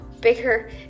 bigger